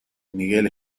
miguel